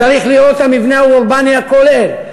וצריך לראות את המבנה האורבני הכולל,